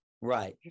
Right